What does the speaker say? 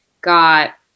got